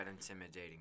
intimidating